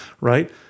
right